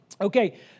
Okay